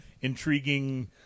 intriguing